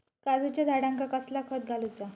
काजूच्या झाडांका कसला खत घालूचा?